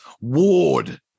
Ward